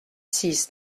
six